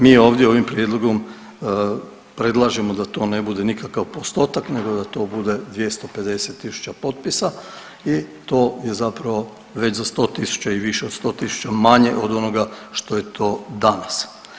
Mi ovdje ovim prijedlogom predlažemo da to ne bude nikakav postotak nego da to bude 250.000 potpisa i to je već zapravo već za 100.000 i više od 100.000 manje od onoga što je to danas.